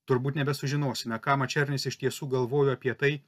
turbūt nebesužinosime ką mačernis iš tiesų galvojo apie tai